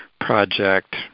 project